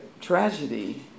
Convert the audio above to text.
tragedy